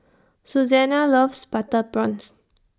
Susana loves Butter Prawns